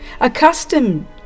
Accustomed